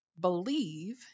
believe